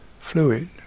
fluid